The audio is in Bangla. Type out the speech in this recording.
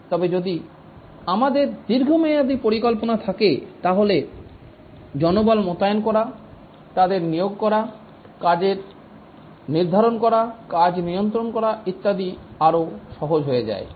তবে যদি আমাদের দীর্ঘমেয়াদী পরিকল্পনা থাকে তাহলে জনবল মোতায়েন করা তাদের নিয়োগ করা কাজের নির্ধারণ করা কাজ নিয়ন্ত্রণ করা ইত্যাদি আরও সহজ হয়ে যায়